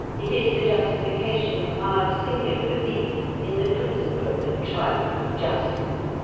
it is the justification of our singular belief in the principle of the triumph of justice,